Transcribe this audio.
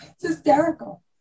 hysterical